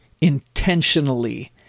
intentionally